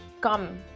come